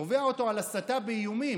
תובע אותו על הסתה באיומים.